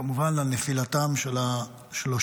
כמובן, על נפילתם של השלושה.